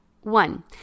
one